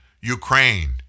Ukraine